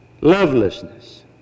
Lovelessness